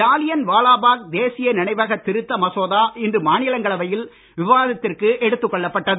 ஜாலியன்வாலாபாக் தேசிய நினைவக திருத்த மசோதா இன்று மாநிலங்களவையில் விவாதத்திற்கு எடுத்துக் கொள்ளப்பட்டது